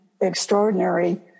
extraordinary